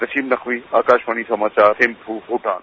नसीम नकवी आकाशवाणी समाचार थिम्पू भूटान